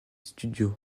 studio